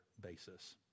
basis